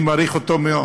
אני מעריך אותו מאוד